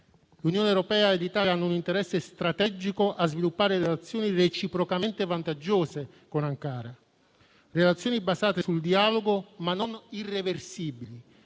L'Unione europea e l'Italia hanno un interesse strategico a sviluppare relazioni reciprocamente vantaggiose con Ankara, basate sul dialogo, ma non irreversibili.